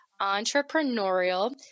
Entrepreneurial